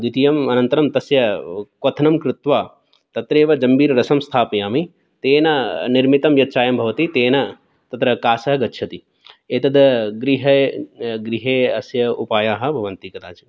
द्वितीयम् अनन्तरं तस्य क्वथनं कृत्वा तत्रैव जम्बीररसं स्थापयामि तेन निर्मितं यत् चायं भवति तेन तत्र कासः गच्छति एतद् गृहे गृहे अस्य उपायाः भवन्ति कदाचित्